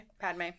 Padme